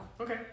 Okay